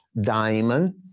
diamond